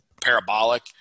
parabolic